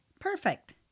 Perfect